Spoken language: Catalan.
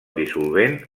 dissolvent